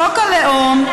חוק הלאום,